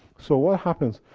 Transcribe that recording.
so, what happens,